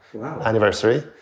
anniversary